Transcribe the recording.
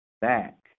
back